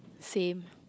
same